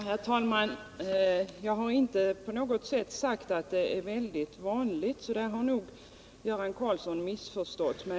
Herr talman! Jag har inte på något sätt sagt att det är mycket vanligt, så där har nog Göran Karlsson missförstått mig.